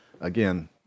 Again